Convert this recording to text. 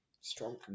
strong